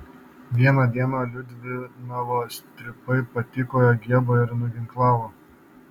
vieną dieną liudvinavo stribai patykojo giebą ir nuginklavo